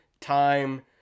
time